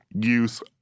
use